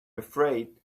afraid